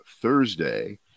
thursday